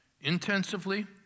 Intensively